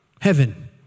heaven